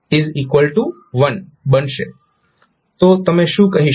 તો તમે શું કહી શકો